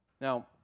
Now